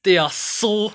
they are so